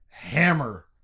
hammer